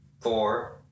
four